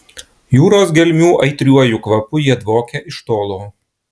jūros gelmių aitriuoju kvapu jie dvokia iš tolo